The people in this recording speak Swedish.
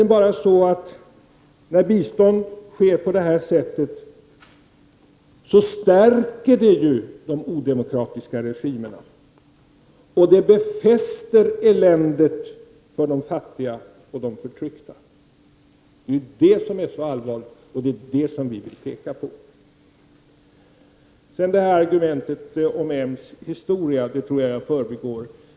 När biståndet sker på detta sätt, så stärker det ju de odemokratiska regimerna, och det befäster eländet för de fattiga och de förtryckta. Det är det som är så allvarligt, och det är det vi vill peka på. Argumentet om moderaternas historia tror jag att jag förbigår.